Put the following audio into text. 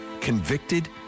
convicted